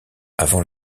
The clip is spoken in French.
avant